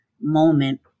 moment